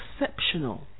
exceptional